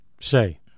say